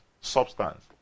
substance